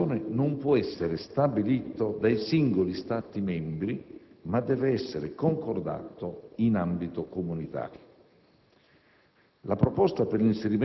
nelle Appendici della Convenzione non può essere stabilito dai singoli Stati membri, ma deve essere concordato in ambito comunitario.